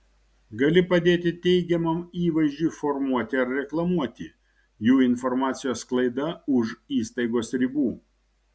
gali padėti teigiamam įvaizdžiui formuoti ar reklamuoti jų informacijos sklaida už įstaigos ribų